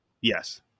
Yes